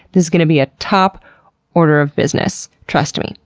this is gonna be a top order of business. trust me.